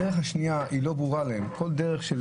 הדרך השנייה לא ברורה להם כל דרך של